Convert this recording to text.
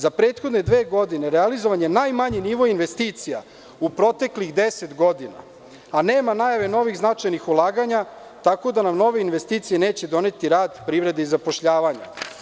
Za prethodne dve godine realizovan je najmanji nivo investicija u proteklih deset godina, a nema najave novih značajnih ulaganja, tako da nam nove investicije neće doneti rast privrede i zapošljavanja.